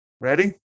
Ready